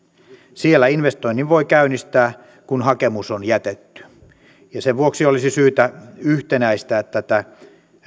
siellä investoinnin voi käynnistää kun hakemus on jätetty sen vuoksi olisi syytä yhtenäistää tätä